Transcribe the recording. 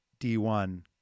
D1